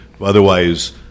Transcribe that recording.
Otherwise